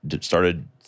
started